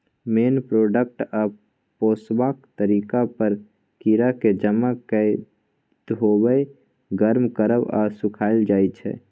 मेन product आ पोसबाक तरीका पर कीराकेँ जमा कए धोएब, गर्म करब आ सुखाएल जाइ छै